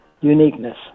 uniqueness